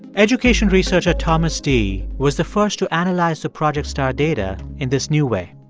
education researcher thomas dee was the first to analyze the project star data in this new way.